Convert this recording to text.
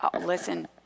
listen